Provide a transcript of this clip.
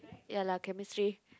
ya lah chemistry